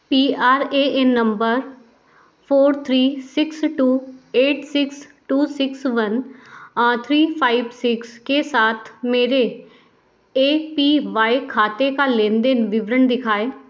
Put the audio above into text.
P R A N number four three six two eight six two six one three five six के साथ मेरे A P Y खाते का लेन देन विवरण दिखाएं